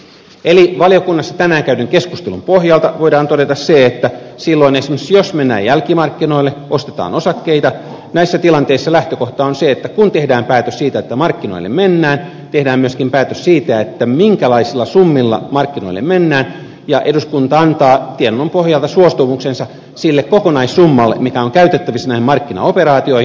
eli valiokunnassa tänään käydyn keskustelun pohjalta voidaan todeta se että silloin esimerkiksi jos mennään jälkimarkkinoille ostetaan osakkeita näissä tilanteissa lähtökohta on se että kun tehdään päätös siitä että markkinoille mennään tehdään myöskin päätös siitä minkälaisilla summilla markkinoille mennään ja eduskunta antaa tiedonannon pohjalta suostumuksensa sille kokonaissummalle mikä on käytettävissä näihin markkinaoperaatioihin